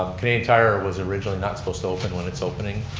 canadian tire was originally not supposed to open when it's opening.